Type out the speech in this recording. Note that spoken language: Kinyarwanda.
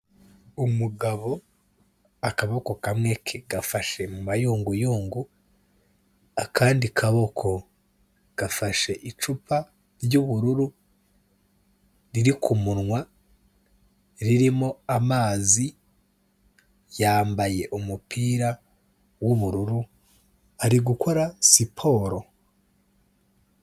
Umugabo akaboko kamwe ke gafashe mu mayunguyungo, akandi kaboko gafashe icupa ry'ubururu riri ku munwa, ririmo amazi, yambaye umupira w'ubururu, ari gukora siporo.